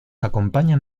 acompañan